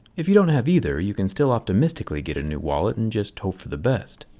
if you don't have either, you can still optimistically get a new wallet and just hope for the best.